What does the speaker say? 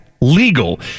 legal